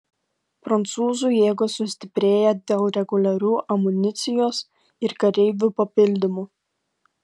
prancūzų jėgos sustiprėja dėl reguliarių amunicijos ir kareivių papildymų